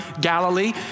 Galilee